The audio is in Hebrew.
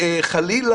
מאחורינו.